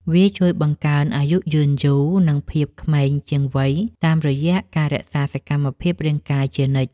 វាជួយបង្កើនអាយុយឺនយូរ និងភាពក្មេងជាងវ័យតាមរយៈការរក្សាសកម្មភាពរាងកាយជានិច្ច។